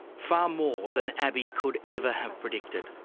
far more than abii could ever have predicted.